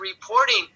reporting